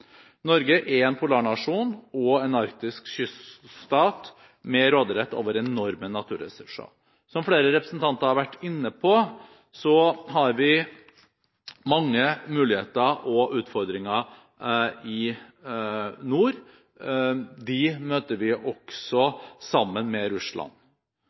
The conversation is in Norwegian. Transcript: Norge er en polarnasjon og en arktisk kyststat med råderett over enorme naturressurser. Som flere representanter har vært inne på, har vi mange muligheter og utfordringer i nord. Dem møter vi også sammen med Russland.